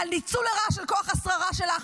על ניצול לרעה של כוח השררה שלך,